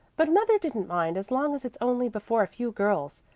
but mother didn't mind, as long as it's only before a few girls.